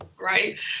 right